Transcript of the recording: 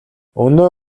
өнөө